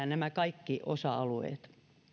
nämä kaikki osa alueet